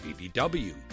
BBW